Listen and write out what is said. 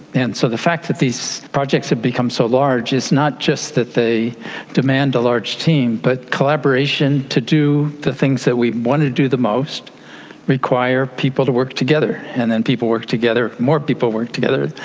and so the fact that these projects have become so large is not just that they demand a large team, but collaboration to do the things that we want to do the most require people to work together, and then people work together, more people work together.